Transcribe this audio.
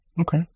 Okay